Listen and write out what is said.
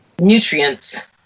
nutrients